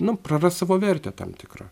nu praras savo vertę tam tikrą